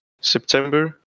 september